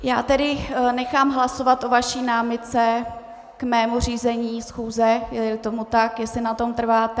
Já tedy nechám hlasovat o vaší námitce k mému řízení schůze, jeli tomu tak, jestli na tom trváte...